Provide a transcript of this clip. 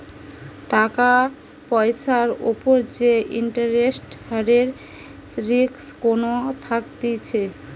টাকার পয়সার উপর যে ইন্টারেস্ট হারের রিস্ক কোনো থাকতিছে